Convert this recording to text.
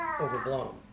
overblown